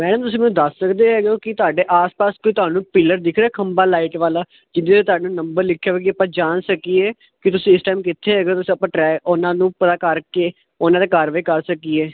ma'am ਤੁਸੀਂ ਮੈਨੂੰ ਦੱਸ ਸਕਦੇ ਹੈਗੇ ਹੋ ਕਿ ਤੁਹਾਡੇ ਆਸ ਪਾਸ ਕੋਈ ਤੁਹਾਨੂੰ ਪਿੱਲਰ ਦਿਖ ਰਿਹਾ ਖੰਬਾ ਲਾਈਟ ਵਾਲਾ ਜਿਹਦੇ ਤੇ ਤੁਹਾਨੂੰ ਨੰਬਰ ਲਿਖਿਆ ਹੋਵੇ ਆਪਾਂ ਜਾਣ ਸਕੀਏ ਕਿ ਤੁਸੀਂ ਇਸ ਟਾਈਮ ਕਿੱਥੇ ਹੈਗਾ ਤੁਸੀਂ ਆਪਾਂ ਟਰੈ ਉਹਨਾਂ ਨੂੰ ਪਤਾ ਕਰਕੇ ਉਹਨਾਂ ਤੇ ਕਾਰਵਾਈ ਕਰ ਸਕੀਏ